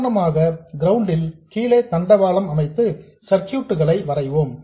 சாதாரணமாக கிரவுண்ட் ல் கீழே தண்டவாளம் அமைத்து சர்க்யூட்ஸ் களை வரைவோம்